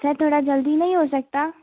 sir थोड़ा जल्दी नहीं हो सकता